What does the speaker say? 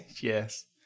Yes